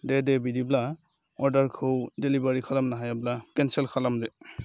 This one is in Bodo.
दे दे बिदिब्ला अर्डारखौ देलिभारि खालामनो हायाब्ला केनसेल खालामदो